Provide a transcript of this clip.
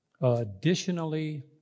additionally